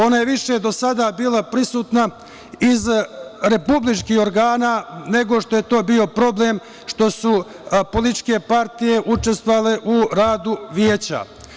Ona je više do sada bila prisutna iz republičkih organa, nego što je to bio problem što su političke partije učestvovale u radu veća.